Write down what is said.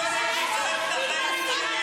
לא שמעתי עליך מעולם.